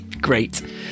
Great